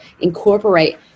incorporate